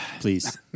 please